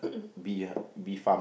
bee ah bee farm